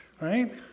right